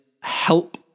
help